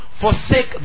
forsake